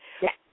Yes